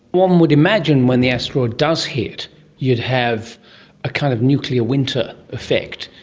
one would imagine when the asteroid does hit you'd have a kind of nuclear winter effect,